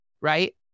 right